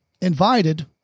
invited –